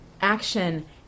action